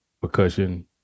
percussion